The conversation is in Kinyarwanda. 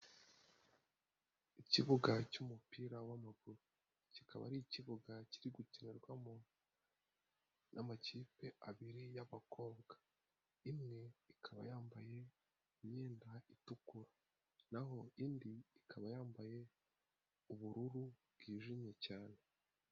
Ikibuga cy'umupira w'amaguru kikaba ari ikibuga kiri gukinirwamo n'amakipe abiri y'abakobwa, imwe ikaba yambaye imyenda itukura naho indi ikaba yambaye ubururu bwijimye cyane.